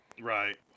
right